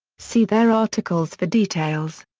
see their articles for details.